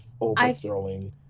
overthrowing